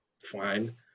fine